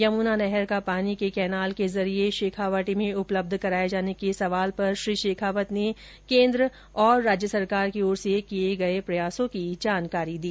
यमुना नहर का पानी के कैनाल के जरिए शेखावाटी में उपलब्ध कराये जाने के सवाल पर श्री शेखावत ने केन्द्र और राज्य सरकार की ओर से किये गये प्रयासों की जानकारी दी